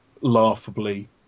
laughably